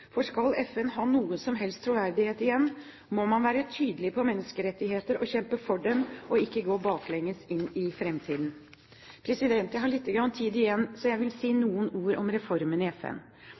for skal FN ha noen som helst troverdighet igjen, må man være tydelig på menneskerettigheter og kjempe for dem og ikke gå baklengs inn i framtiden. Jeg har litt taletid igjen, så jeg vil si noen ord om reformen i FN